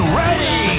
ready